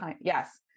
Yes